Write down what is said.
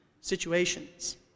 situations